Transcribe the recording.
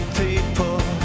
people